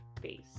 face